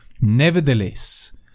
nevertheless